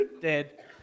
Dead